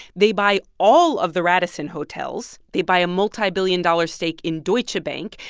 they buy all of the radisson hotels. they buy a multibillion-dollar stake in deutsche bank.